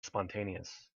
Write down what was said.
spontaneous